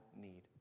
need